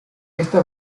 esta